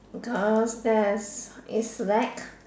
because that it's slack